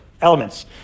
elements